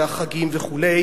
החגים וכו',